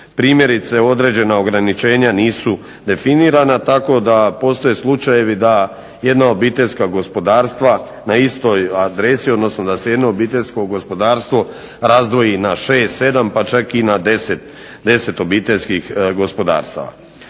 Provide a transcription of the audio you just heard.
Primjerice, određena ograničenja nisu definirana tako da postoje slučajevi da jedna obiteljska gospodarstva na istoj adresi, odnosno da se jedno obiteljsko gospodarstvo razdvoji na 6, 7 pa čak i na 10 obiteljskih gospodarstava.